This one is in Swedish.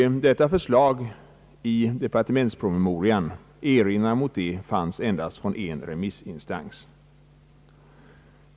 Endast en remissinstans hade någon erinran mot detta förslag i departementspromemorian.